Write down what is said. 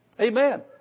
Amen